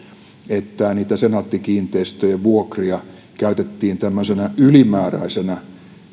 että niitä senaatti kiinteistöjen vuokria käytettiin tämmöisenä ylimääräisenä